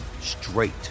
straight